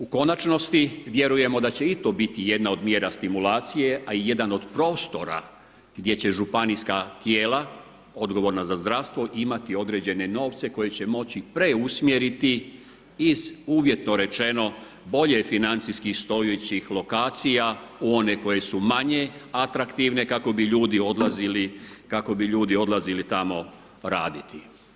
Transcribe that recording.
U konačnosti, vjerujemo da će i to biti jedna od mjera stimulacije a i jedan od prostora, gdje će županijska tijela, odgovorna za zdravstvo, imati određene novce, koje će moći preusmjeriti iz uvjetno rečeno, bolje financijskih stojećih lokacija, u one koje su manje atraktivne kako bi ljudi odlazili tamo raditi.